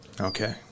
Okay